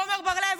עמר בר-לב,